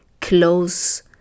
close